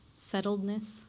settledness